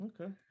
okay